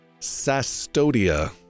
Sastodia